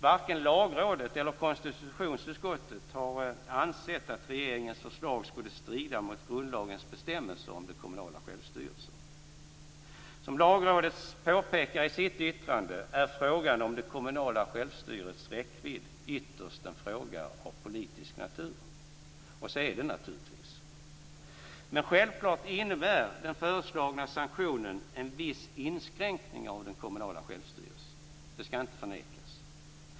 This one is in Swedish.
Varken Lagrådet eller konstitutionsutskottet har ansett att regeringens förslag skulle strida mot grundlagens bestämmelser om den kommunala självstyrelsen. Som Lagrådet påpekar i sitt yttrande är frågan om den kommunala självstyrelsens räckvidd ytterst en fråga av politisk natur, och så är det ju. Men självklart innebär den föreslagna sanktionen en viss inskränkning av den kommunala självstyrelsen. Det skall inte förnekas.